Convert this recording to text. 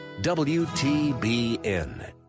WTBN